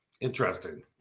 Interesting